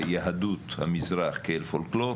התייחסו ליהדות המזרח כאל פולקלור,